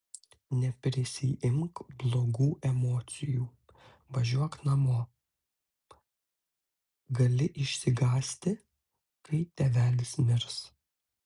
neprisiimk blogų emocijų važiuok namo gali išsigąsti kai tėvelis mirs